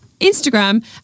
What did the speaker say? Instagram